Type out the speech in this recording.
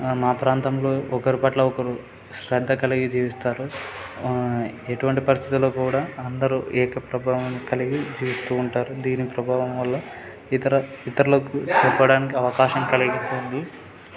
మా ప్రాంతంలో ఒకరి పట్ల ఒకరు శ్రద్ధ కలిగి జీవిస్తారు ఎటువంటి పరిస్థితులో కూడా అందరూ ఏక ప్రభావాన్ని కలిగి జీవిస్తూ ఉంటారు దీని ప్రభావం వల్ల ఇతర ఇతరులకు చెప్పడానికి అవకాశం కలిగి వస్తుంది